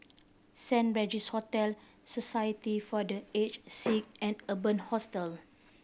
Saint Regis Hotel Society for The Aged Sick and Urban Hostel